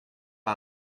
pas